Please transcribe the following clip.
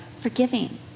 Forgiving